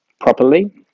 properly